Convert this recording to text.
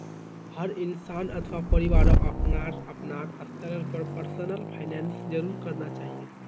हर इंसान अथवा परिवारक अपनार अपनार स्तरेर पर पर्सनल फाइनैन्स जरूर करना चाहिए